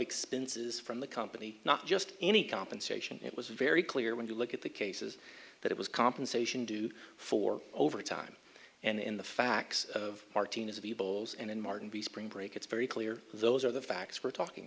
expenses from the company not just any compensation it was very clear when you look at the cases that it was compensation due for overtime and in the facts of heartiness of evils and in martin the spring break it's very clear those are the facts we're talking